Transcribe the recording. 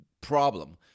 problem